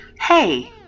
Hey